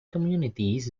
communities